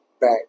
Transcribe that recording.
back